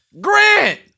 Grant